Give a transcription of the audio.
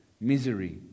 misery